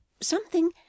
Something